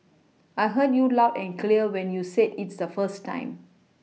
I heard you loud and clear when you said its the first time